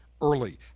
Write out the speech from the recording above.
early